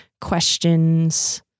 questions